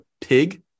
pig